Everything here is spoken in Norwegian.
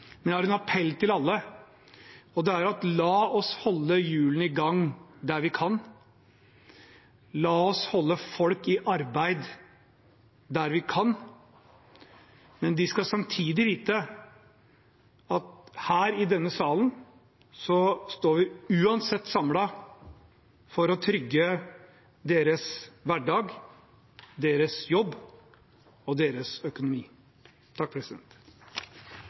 men jeg har en appell til alle: La oss holde hjulene i gang der vi kan. La oss holde folk i arbeid der vi kan. Men de skal samtidig vite at her i denne salen står vi uansett samlet for å trygge deres hverdag, deres jobb og deres økonomi.